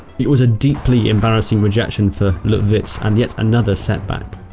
it was a deeply embarrassing rejection for luttwitz and yet another setback.